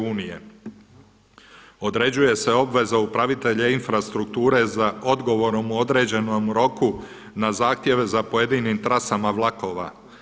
Određuje se obveza upravitelja infrastrukture za odgovorom u određenom roku na zahtjev za pojedinim trasama vlakova.